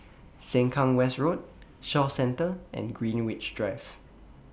Sengkang West Road Shaw Centre and Greenwich Drive